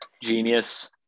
genius